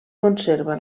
conserva